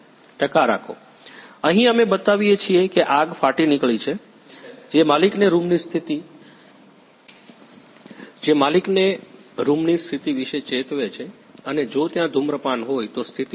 ટકા રાખો અહીં અમે બતાવીએ છીએ કે આગ ફાટી નીકળી છે જે માલિકને રૂમની સ્થિતિ વિશે ચેતવે છે અને જો ત્યાં ધૂમ્રપાન હોય તો સ્થિતિ શું છે